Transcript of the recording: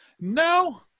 No